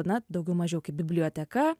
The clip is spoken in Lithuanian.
na daugiau mažiau kaip biblioteka